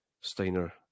Steiner